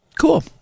Cool